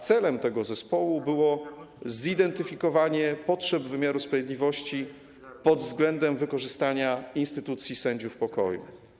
Celem tego zespołu było zidentyfikowanie potrzeb wymiaru sprawiedliwości pod względem wykorzystania instytucji sędziów pokoju.